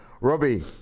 Robbie